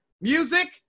Music